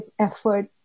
effort